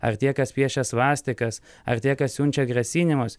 ar tie kas piešė svastikas ar tie kas siunčia grasinimus